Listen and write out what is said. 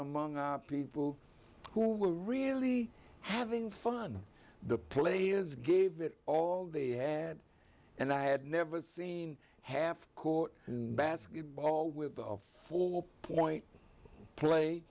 among people who were really having fun the play is gave it all they had and i had never seen half court and basketball with the full point play